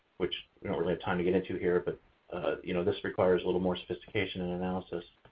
which we don't really have time to get into here, but you know this requires a little more sophistication in analysis.